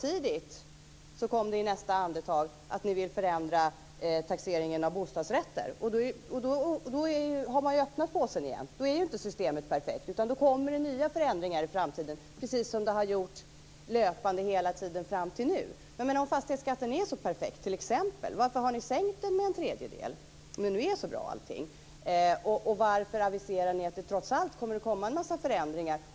I nästa andetag säger ni att ni vill förändra taxeringen av bostadsrätter. Då är inte systemet perfekt. Det kommer nya förändringar i framtiden, precis som det löpande har gjort hela tiden fram till nu. Men om nu fastighetsskatten är så perfekt, varför har ni sänkt den med en tredjedel? Varför aviserar ni att det trots allt kommer att ske en massa förändringar?